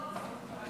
הכנסת.